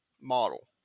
model